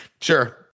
Sure